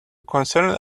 concerned